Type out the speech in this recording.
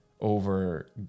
over